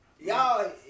y'all